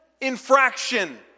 infraction